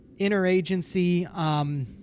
interagency